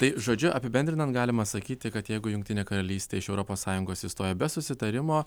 tai žodžiu apibendrinant galima sakyti kad jeigu jungtinė karalystė iš europos sąjungos išstoja be susitarimo